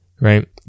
right